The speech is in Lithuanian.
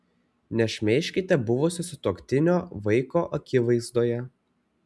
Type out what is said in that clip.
nešmeižkite buvusio sutuoktinio vaiko akivaizdoje